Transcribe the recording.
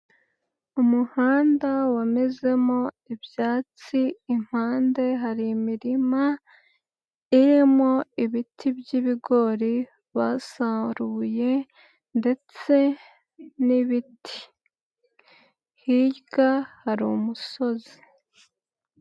Umuhanda wamezemo ibyatsi impande hari imirima irimo ibiti by'ibigori basaruye ndetse n'ibiti hirya hari umusozi.